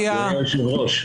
אדוני היושב ראש,